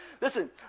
Listen